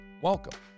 Welcome